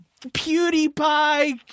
Pewdiepie